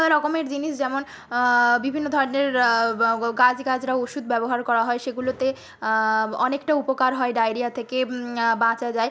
রকমের জিনিস যেমন বিভিন্ন ধরনের গাছ গাছড়া ওষুধ ব্যবহার করা হয় সেগুলোতে অনেকটা উপকার হয় ডায়রিয়া থেকে বাঁচা যায়